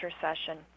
session